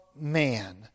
man